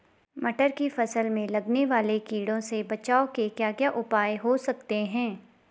मटर की फसल में लगने वाले कीड़ों से बचाव के क्या क्या उपाय हो सकते हैं?